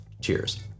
Cheers